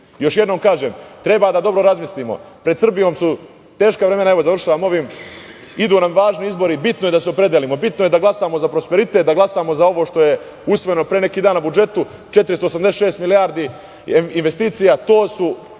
jednom kažem, treba da dobro razmislimo, pred Srbijom su teška vremena, evo završavam ovim, idu nam važni izbori, bitno je da se opredelimo, bitno je da glasamo za prosperitet, da glasamo za ovo što je usvojeno pre neki dan na budžetu 486 milijardi investicija. To je